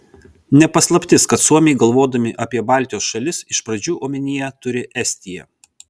ne paslaptis kad suomiai galvodami apie baltijos šalis iš pradžių omenyje turi estiją